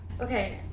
okay